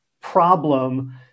problem